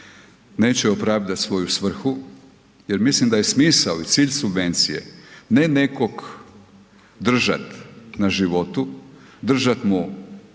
neće opravdat svoju svrhu jer mislim da je smisao i cilj subvencije ne nekog držat na životu, držat mu